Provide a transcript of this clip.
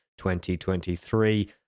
2023